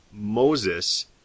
Moses